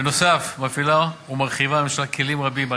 בנוסף מפעילה ומרחיבה הממשלה כלים רבים על